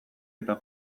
eta